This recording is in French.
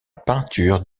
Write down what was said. peinture